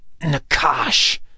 Nakash